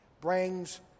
brings